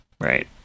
Right